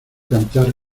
cantar